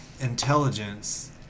intelligence